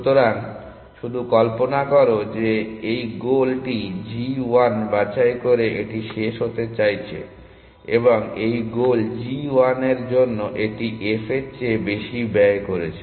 সুতরাং শুধু কল্পনা করো যে এই গোল টি g 1 বাছাই করে এটি শেষ হতে চলেছে এবং এই গোল g 1 এর জন্য এটি f এর চেয়ে বেশি ব্যয় করেছে